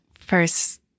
first